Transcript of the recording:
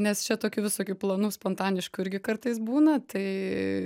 nes čia tokių visokių planų spontaniškų irgi kartais būna tai